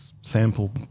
sample